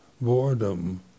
boredom